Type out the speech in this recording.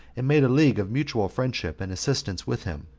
and made a league of mutual friendship and assistance with him.